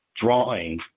drawing